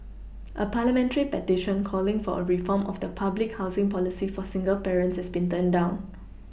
a parliamentary petition calling for a reform of the public housing policy for single parents has been turned down